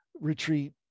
Retreat